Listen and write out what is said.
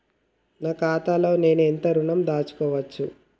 నా ఖాతాలో నేను ఎంత ఋణం దాచుకోవచ్చు?